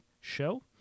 show